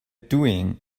doing